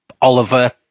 Oliver